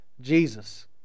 Jesus